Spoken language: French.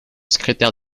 secrétaire